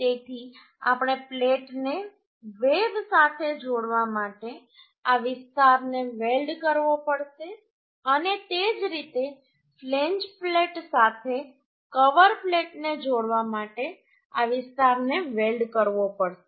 તેથી આપણે પ્લેટને વેબ સાથે જોડવા માટે આ વિસ્તારને વેલ્ડ કરવો પડશે અને તે જ રીતે ફ્લેંજ પ્લેટ સાથે કવર પ્લેટને જોડવા માટે આ વિસ્તારને વેલ્ડ કરવો પડશે